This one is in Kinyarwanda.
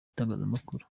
itangazamakuru